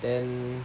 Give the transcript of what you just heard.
then